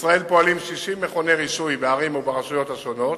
בישראל פועלים 60 מכוני רישוי בערים וברשויות השונות.